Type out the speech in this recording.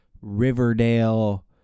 Riverdale